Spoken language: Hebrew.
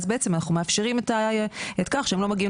אז בעצם אנחנו מאפשרים את זה שהם לא מגיעים